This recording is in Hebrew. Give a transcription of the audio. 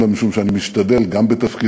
אלא משום שאני משתדל גם בתפקידי